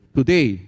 ，today，